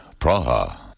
Praha